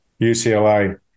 UCLA